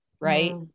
right